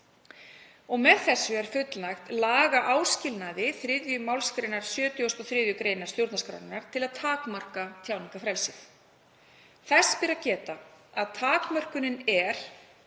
Með þessu er fullnægt lagaáskilnaði 3. mgr. 73. gr. stjórnarskrárinnar til að takmarka tjáningarfrelsið. Þess ber að geta að takmörkunin er